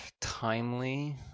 timely